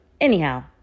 anyhow